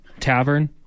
Tavern